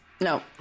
No